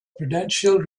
prudential